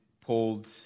pulled